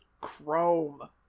chrome